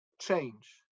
change